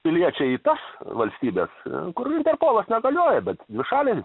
piliečiai į tas valstybes kur interpolas negalioja bet dvišaliai